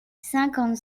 cinquante